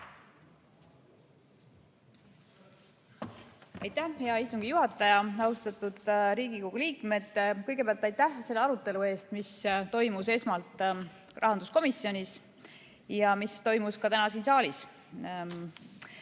Aitäh, hea istungi juhataja! Austatud Riigikogu liikmed, kõigepealt aitäh selle arutelu eest, mis toimus esmalt rahanduskomisjonis ja siis toimus ka täna siin saalis!